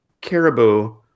Caribou